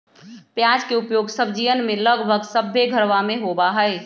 प्याज के उपयोग सब्जीयन में लगभग सभ्भे घरवा में होबा हई